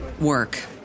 work